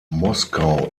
moskau